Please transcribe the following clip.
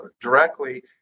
directly